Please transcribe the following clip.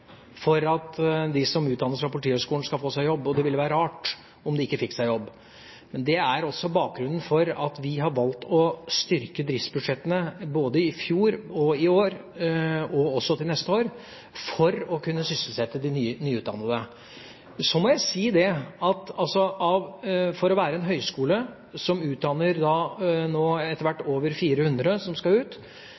for at de som utdannes fra Politihøgskolen, skal få seg jobb – og det ville være rart om de ikke fikk seg jobb. Det er også bakgrunnen for at vi har valgt å styrke driftsbudsjettene, både i fjor, i år og også til neste år, for å kunne sysselsette de nyutdannede. Så må jeg si at for å være en høgskole som etter hvert nå